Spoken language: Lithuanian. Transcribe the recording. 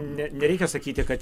ne nereikia sakyti kad